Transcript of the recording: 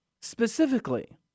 specifically